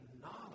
knowledge